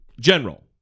general